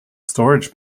storage